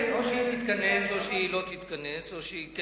או שהיא תתכנס או שהיא לא תתכנס,